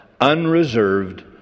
unreserved